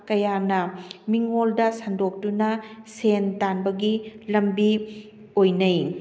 ꯀꯌꯥꯅ ꯃꯤꯉꯣꯟꯗ ꯁꯟꯗꯣꯛꯇꯨꯅ ꯁꯦꯟ ꯇꯥꯟꯕꯒꯤ ꯂꯝꯕꯤ ꯑꯣꯏꯅꯩ